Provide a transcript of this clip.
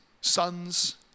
sons